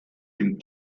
den